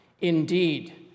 Indeed